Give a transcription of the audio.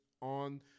on